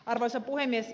arvoisa puhemies